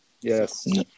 yes